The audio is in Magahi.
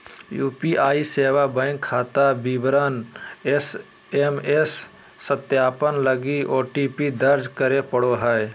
यू.पी.आई सेवा बैंक खाता विवरण एस.एम.एस सत्यापन लगी ओ.टी.पी दर्ज करे पड़ो हइ